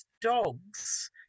dogs